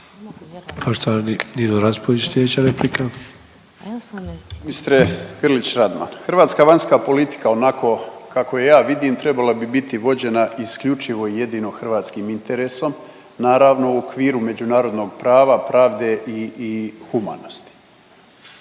Nino (MOST)** Ministre Grlić Radman, hrvatska vanjska politika onako kako je ja vidim trebala bi biti vođena isključivo i jedino hrvatskim interesom, naravno u okviru međunarodnog prava, pravde i, i humanosti.